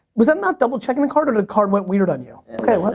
because i'm not double checking the card, or the card went weird on you. okay, well,